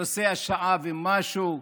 נוסע שעה ומשהו,